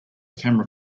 camera